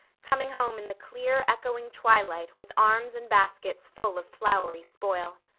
coming home in the clear, echoing twilight with arms and baskets full of flowery spoil.